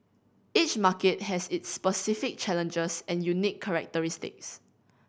each market has its specific challenges and unique characteristics